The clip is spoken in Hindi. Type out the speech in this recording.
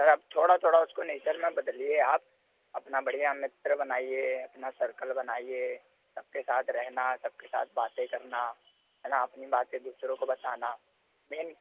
सर आप थोड़ा थोड़ा उसको नेचर ना बदलिए आप अपना बढ़िया मित्र बनाइए अपना सर्कल बनाइए सबके साथ रहना सबके साथ बातें करना है ना अपनी बातें दूसरों को बताना मेन